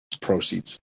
proceeds